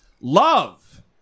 love